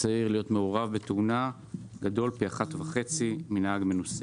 צעיר להיות מעורב בתאונה גדול פי 1.5 מנהג מנוסה.